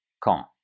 quand